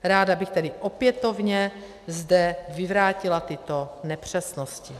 Ráda bych zde tedy opětovně vyvrátila tyto nepřesnosti.